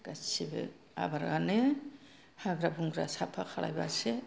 गासिबो आबादानो हाग्रा बंग्रा साफा खालाम बासो